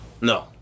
No